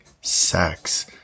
sex